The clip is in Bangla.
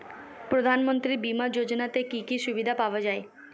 প্রধানমন্ত্রী বিমা যোজনাতে কি কি সুবিধা পাওয়া যায়?